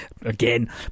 again